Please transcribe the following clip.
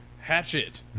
Hatchet